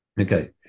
Okay